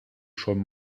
schon